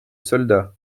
soldats